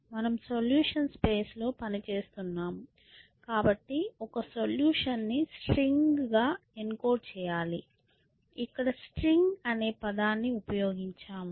మనం solutions space లో పని చేస్తున్నాము కాబట్టి ఒక సొల్యూషన్ ని స్ట్రింగ్ గా ఎన్కోడ్ చేయాలి ఇక్కడ స్ట్రింగ్ అనే పదాన్ని ఉపయోగించాము